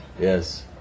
Yes